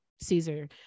caesar